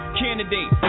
candidate